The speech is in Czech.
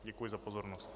Děkuji za pozornost.